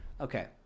Okay